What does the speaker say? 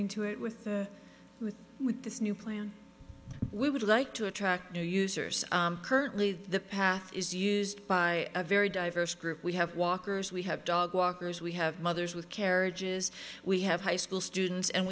to it with with with this new plan we would like to attract new users currently the path is used by a very diverse group we have walkers we have dog walkers we have mothers with carriages we have high school students and